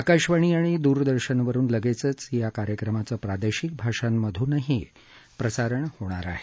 आकाशवाणी आणि दूरदर्शनवरुन लगेचच या कार्यक्रमाचं प्रादेशिक भाषांमधूनही प्रसारण होणार आहे